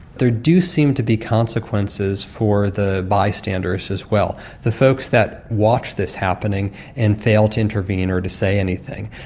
there do seem to be consequences for the bystanders as well, the folks that watch this happening and fail to intervene or to say anything.